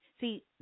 See